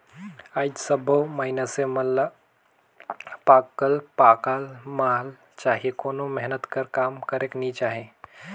आएज सब मइनसे मन ल पकल पकाल माल चाही कोनो मेहनत कर काम करेक नी चाहे